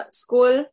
school